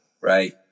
right